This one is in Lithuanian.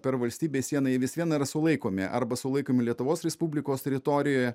per valstybės sieną jie vis viena yra sulaikomi arba sulaikomi lietuvos respublikos teritorijoje